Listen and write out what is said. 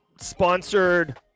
sponsored